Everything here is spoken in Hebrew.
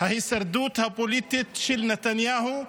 ההישרדות הפוליטית של נתניהו.